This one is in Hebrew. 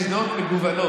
יש דעות מגוונות.